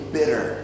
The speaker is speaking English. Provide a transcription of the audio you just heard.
bitter